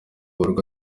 urwo